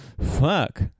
Fuck